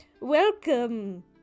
welcome